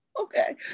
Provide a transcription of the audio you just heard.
okay